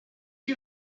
you